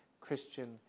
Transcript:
Christian